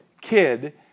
kid